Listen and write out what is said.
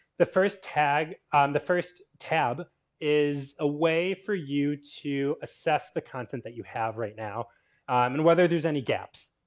the first tag on the first tab is a way for you to assess the content that you have right now and whether there's any gaps.